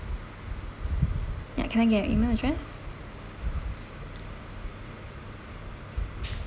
ya can I get your email address